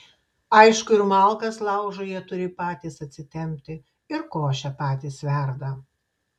aišku ir malkas laužui jie turi patys atsitempti ir košę patys verda